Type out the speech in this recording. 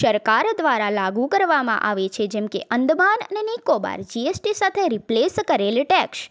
સરકાર દ્વારા લાગુ કરવામાં આવે છે જેમકે અંદમાન અને નિકોબાર જી એસ ટી સાથે રિપ્લેસ કરેલ ટેક્સ